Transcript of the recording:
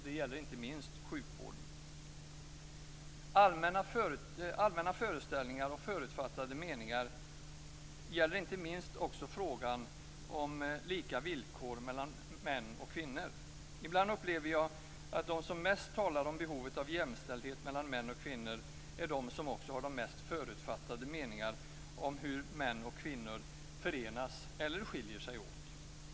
Det gäller inte minst inom sjukvården. Allmänna föreställningar och förutfattade meningar gäller inte minst också frågan om lika villkor mellan män och kvinnor. Ibland upplever jag att de som mest talar om behovet av jämställdhet mellan män och kvinnor är de som har de mest förutfattade meningarna om hur män och kvinnor förenas eller skiljer sig åt.